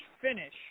finish